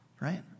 Right